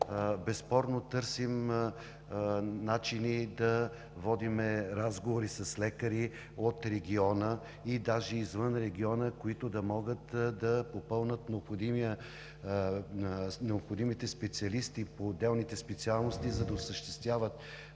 Безспорно търсим начини да водим разговори с лекари от региона, даже извън региона, които да могат да попълнят необходимите специалисти по отделните специалности, за да осъществяват